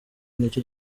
nicyo